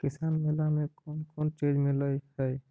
किसान मेला मे कोन कोन चिज मिलै है?